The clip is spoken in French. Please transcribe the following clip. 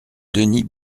denis